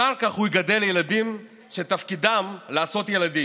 אחר כך הוא יגדל ילדים שתפקידם לעשות ילדים.